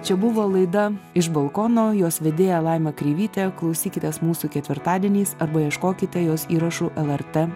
čia buvo laida iš balkono jos vedėja laima kreivytė klausykitės mūsų ketvirtadieniais arba ieškokite jos įrašų lrt